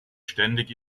ständig